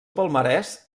palmarès